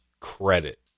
credit